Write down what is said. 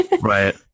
Right